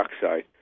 dioxide